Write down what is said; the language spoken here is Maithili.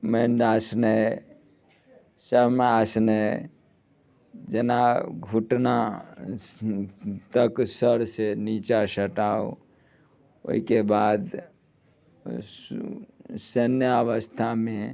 मेन्दासनाय समासनाय जेना घुटना तक सर से नीचाँ सटाउ ओहिके बाद सेन्या अवस्थामे